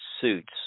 suits